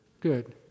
Good